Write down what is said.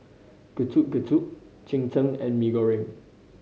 Getuk Getuk cheng tng and Mee Goreng